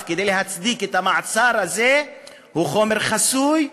כדי להצדיק את המאסר הזה הוא חומר חסוי,